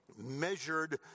measured